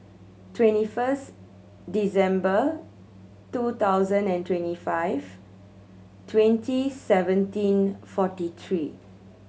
twenty first December two thousand and twenty five twenty seventeen forty three